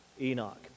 Enoch